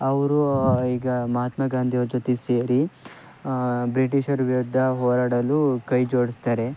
ಅವ್ರು ಈಗ ಮಹಾತ್ಮ ಗಾಂಧಿಯವ್ರ ಜೊತೆಗ್ ಸೇರಿ ಬ್ರಿಟೀಷರ ವಿರುದ್ಧ ಹೋರಾಡಲೂ ಕೈ ಜೋಡಿಸ್ತಾರೆ